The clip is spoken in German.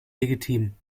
legitim